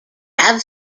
have